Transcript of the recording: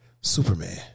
Superman